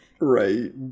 Right